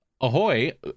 Ahoy